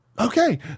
Okay